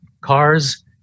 cars